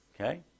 Okay